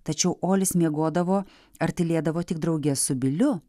tačiau olis miegodavo ar tylėdavo tik drauge su biliu